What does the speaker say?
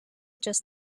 just